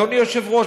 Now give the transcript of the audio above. אדוני היושב-ראש,